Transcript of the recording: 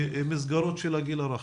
במסגרות של הגיל הרך.